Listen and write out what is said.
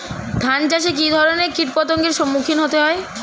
ধান চাষে কী ধরনের কীট পতঙ্গের সম্মুখীন হতে হয়?